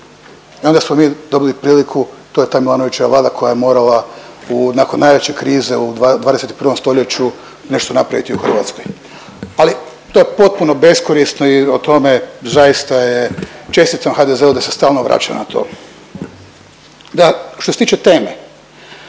i onda smo mi dobili priliku, to je ta Milanovićeva vlada koja je morala, nakon najveće krize u 21. st. nešto napraviti u Hrvatskoj. Ali, to je potpuno beskorisno i o tome zaista je, čestitam HDZ-u da se stalno vraća na to. Da, što se tiče teme,